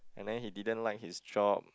and then he didn't like his job